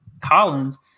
Collins